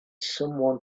someone